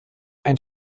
ein